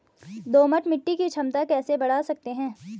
दोमट मिट्टी की क्षमता कैसे बड़ा सकते हैं?